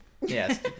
Yes